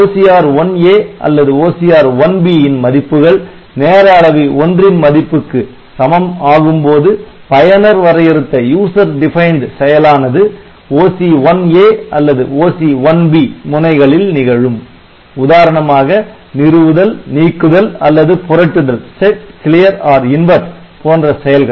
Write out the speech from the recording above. OCR1A அல்லது OCR1B ன் மதிப்புகள் நேர அளவி 1 ன் மதிப்புக்கு சமம் ஆகும் போது பயனர் வரையறுத்த செயலானது OC1A அல்லது OC1B முனைகளில் நிகழும் உதாரணமாக நிறுவுதல் நீக்குதல் அல்லது புரட்டுதல் Set Clear or Invert போன்ற செயல்கள்